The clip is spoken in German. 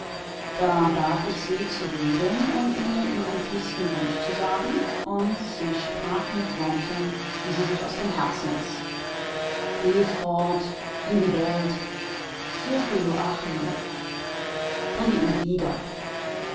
da bat ich sie zu reden und mir ihren tiefsten wunsch zu sagen und sie sprach mit worten die sie sich aus dem herzen riß geh fort in die welt suche joachim bringe ihn wieder